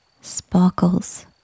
sparkles